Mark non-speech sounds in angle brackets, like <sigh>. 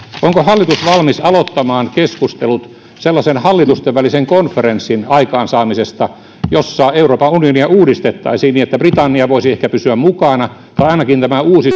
onko hallitus valmis aloittamaan keskustelut sellaisen hallitusten välisen konferenssin aikaansaamisesta jossa euroopan unionia uudistettaisiin niin että britannia voisi ehkä pysyä mukana tai ainakin tämä uusi <unintelligible>